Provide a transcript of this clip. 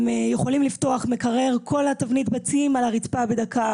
הם יכולים לפתוח את המקרר וכל תבנית הביצים על הרצפה בדקה,